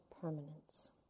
permanence